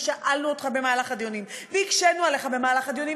ושאלנו אותך במהלך הדיונים והקשינו עליך במהלך הדיונים,